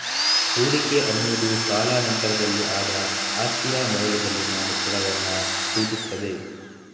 ಹೂಡಿಕೆ ಅನ್ನುದು ಕಾಲಾ ನಂತರದಲ್ಲಿ ಆದ ಆಸ್ತಿಯ ಮೌಲ್ಯದಲ್ಲಿನ ಹೆಚ್ಚಳವನ್ನ ಸೂಚಿಸ್ತದೆ